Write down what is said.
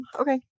Okay